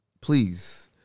please